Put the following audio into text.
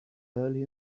early